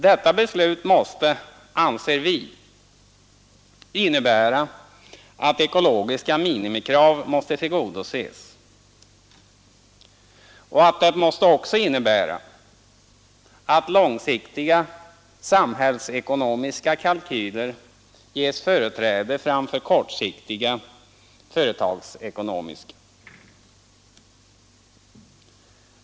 Detta beslut måste, anser vi, innebära att ekologiska minimikrav tillgodoses och att långsiktiga samhällsekonomiska kalkyler ges företräde framför kortsiktiga företagsekonomiska.